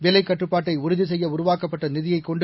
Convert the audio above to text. விலைக் கட்டுப்பாட்டை உறுதி செய்ய உருவாக்கப்பட்ட நிதியைக் கொண்டு